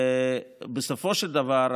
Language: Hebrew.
בסופו של דבר,